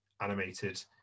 animated